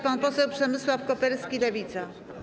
Pan poseł Przemysław Koperski, Lewica.